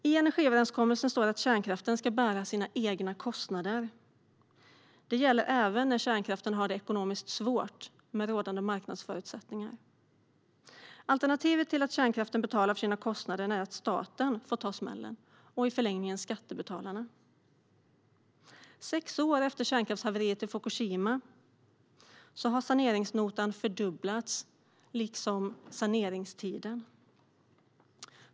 I energiöverenskommelsen står det att kärnkraften ska bära sina egna kostnader. Det gäller även när kärnkraften har det ekonomiskt svårt med rådande marknadsförutsättningar. Alternativet till att kärnkraften betalar sina kostnader är att staten och i förlängningen skattebetalarna får ta smällen. Sex år efter kärnkraftshaveriet i Fukushima har saneringsnotan fördubblats, liksom saneringstiden.